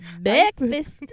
Breakfast